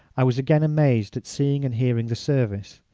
i was again amazed at seeing and hearing the service.